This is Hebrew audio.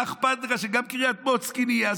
מה אכפת לך שגם קריית מוצקין תהיה?